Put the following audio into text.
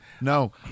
No